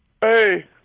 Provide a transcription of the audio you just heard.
Hey